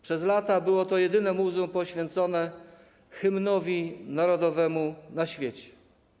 Przez lata było to jedyne muzeum poświęcone hymnowi narodowemu na świecie.